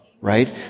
right